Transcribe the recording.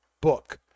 book